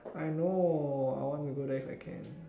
I know I want to go there if I can